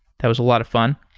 that was a lot of fun.